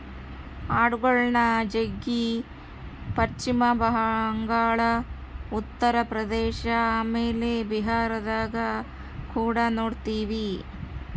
ಆಡುಗಳ್ನ ಜಗ್ಗಿ ಪಶ್ಚಿಮ ಬಂಗಾಳ, ಉತ್ತರ ಪ್ರದೇಶ ಆಮೇಲೆ ಬಿಹಾರದಗ ಕುಡ ನೊಡ್ತಿವಿ